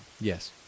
Yes